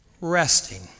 Resting